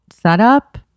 setup